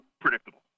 predictable